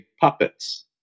puppets